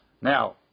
now